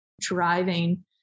driving